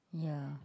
yeah